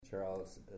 Charles